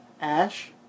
Ash